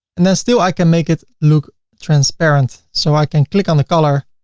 and then still i can make it look transparent. so i can click on the color